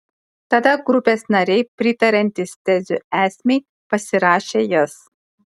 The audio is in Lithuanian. tada grupės nariai pritariantys tezių esmei pasirašė jas